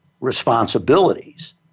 responsibilities